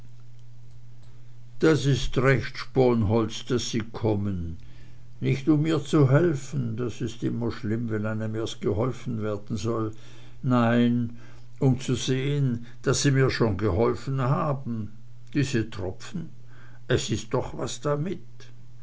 das ist recht sponholz daß sie kommen nicht um mir zu helfen das ist immer schlimm wenn einem erst geholfen werden soll nein um zu sehen daß sie mir schon geholfen haben diese tropfen es ist doch was damit